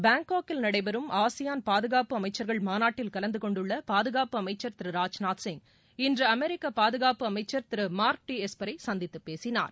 பாங்காங்கில் நடைபெறும் ஆசியான் பாதுகாப்பு அமைச்சர்கள் மாநாட்டில் கலந்துகொண்டுள்ள பாதுகாப்பு அமைச்சர் திரு ராஜ்நாத் சிங் இன்று அமெரிக்க பாதுகாப்பு அமைச்சர் திரு மார்க் டி எஸ்பெரை சந்தித்து பேசினார்